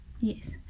yes